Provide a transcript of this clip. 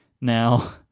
now